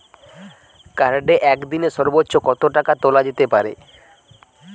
কার্ডে একদিনে সর্বোচ্চ কত টাকা তোলা যেতে পারে?